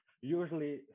usually